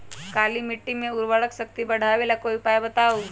काली मिट्टी में उर्वरक शक्ति बढ़ावे ला कोई उपाय बताउ?